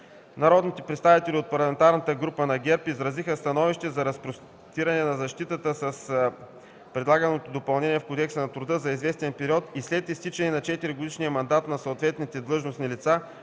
Народните представители от ПГ на ГЕРБ изразиха становище за разпростиране на защитата с предлаганото допълнение в Кодекса на труда за известен период и след изтичане на 4-годишния мандат на съответните длъжностни лица,